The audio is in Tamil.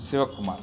சிவகுமார்